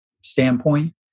standpoint